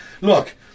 Look